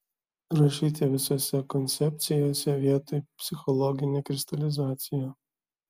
rašyti visose koncepcijose vietoj psichologinė kristalizacija